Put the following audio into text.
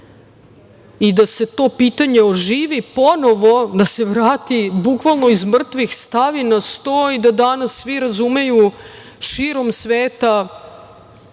i da se to pitanje oživi ponovo, da se vrati bukvalno iz mrtvih, stavi na sto i da danas svi razumeju širom sveta,